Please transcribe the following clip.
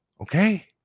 Okay